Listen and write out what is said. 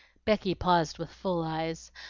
becky paused with full eyes,